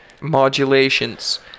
modulations